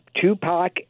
Tupac